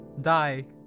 Die